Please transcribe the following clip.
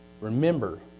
Remember